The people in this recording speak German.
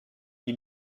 die